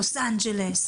לוס אנג'לס,